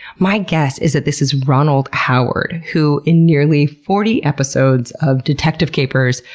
my guess is that this is ronald howard, who, in nearly forty episodes of detective capers,